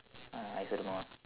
uh I also don't know ah